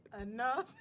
Enough